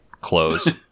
clothes